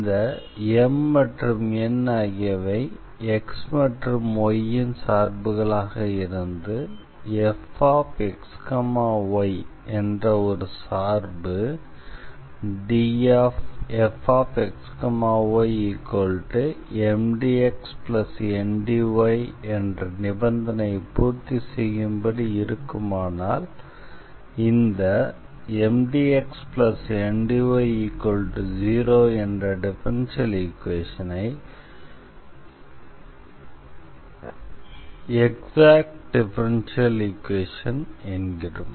இந்த M மற்றும் N ஆகியவை x மற்றும் y இன் சார்புகளாக இருந்து fxy என்ற ஒரு சார்பு dfxyMdxNdy என்ற நிபந்தனையை பூர்த்தி செய்யும்படி இருக்குமானால் இந்த MdxNdy0 என்ற டிஃபரன்ஷியல் ஈக்வேஷனை எக்ஸாக்ட் டிஃபரன்ஷியல் ஈக்வேஷன் என்கிறோம்